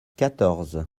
quatorze